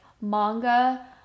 manga